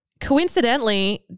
Coincidentally